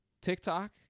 TikTok